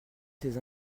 ces